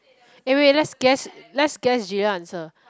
eh wait let's guess let's guess gina's answer